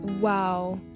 wow